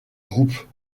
groupe